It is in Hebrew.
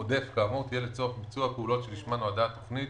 תהיה לצורך ביצוע הפעולות שלשמן נועדה התכנית